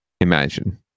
Imagine